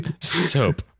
soap